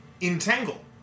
Entangle